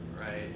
right